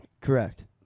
Correct